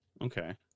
Okay